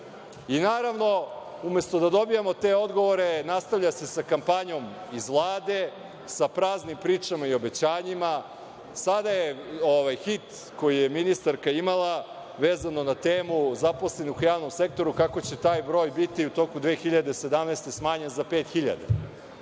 zakona? Naravno, umesto da dobijemo te odgovore, nastavlja se sa kampanjom iz Vlade, sa praznim pričama i obećanjima. Sada je hit, koji je ministarka imala, vezano na temu zaposlenih u javnom sektoru, kako će taj broj biti u toku 2017. godine smanjen za 5.000.